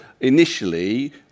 initially